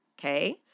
okay